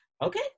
okay